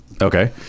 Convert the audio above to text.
okay